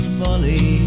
folly